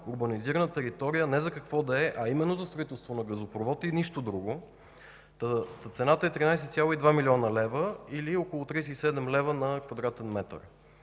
урбанизирана територия не за какво да е, а именно за строителство на газопровод и нищо друго – цената е 13,2 млн. лв., или около 37 лв. на кв.м.